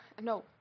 no